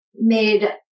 made